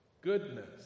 goodness